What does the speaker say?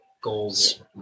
goals